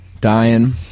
dying